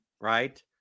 Right